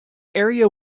area